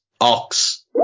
Ox